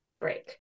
break